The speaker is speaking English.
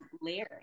layering